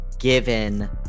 given